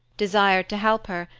desired to help her,